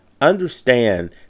understand